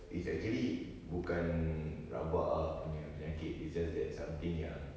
it's actually bukan rabak ah punya penyakit it's just that something yang